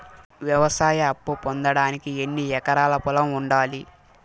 వ్యవసాయ అప్పు పొందడానికి ఎన్ని ఎకరాల పొలం ఉండాలి?